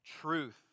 Truth